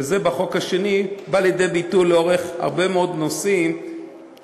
וזה בא לידי ביטוי בחוק השני לאורך הרבה מאוד נושאים שבהם